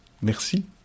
Merci